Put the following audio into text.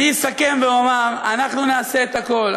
אני אסכם ואומר, אנחנו נעשה את הכול.